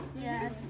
Yes